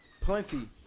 plenty